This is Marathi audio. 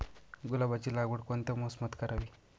गुलाबाची लागवड कोणत्या मोसमात करावी?